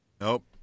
Nope